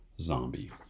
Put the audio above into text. zombie